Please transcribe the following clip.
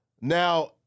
Now